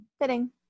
fitting